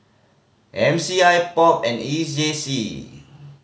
M C I POP and E J C